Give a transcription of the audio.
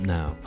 Now